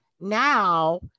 now